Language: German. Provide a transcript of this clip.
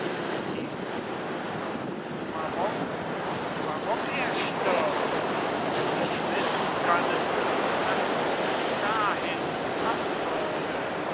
eboli und warum warum er stirbt o hätt ich wissen können daß es bis dahin kommen würde